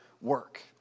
work